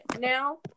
now